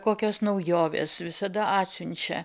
kokios naujovės visada atsiunčia